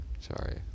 sorry